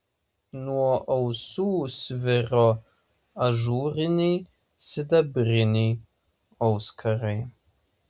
nuo ausų sviro ažūriniai sidabriniai auskarai